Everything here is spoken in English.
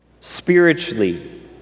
Spiritually